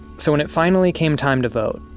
so when it finally came time to vote,